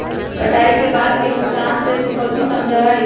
कटाई के बाद के नुकसान से तू काउची समझा ही?